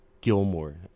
Gilmore